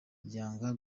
yanga